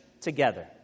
together